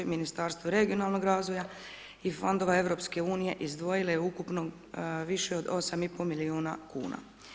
Ministarstvo regionalnog razvoja i fondova EU izdvojilo je ukupno više od 8,5 milijuna kuna.